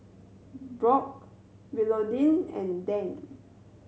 Brock Willodean and Dann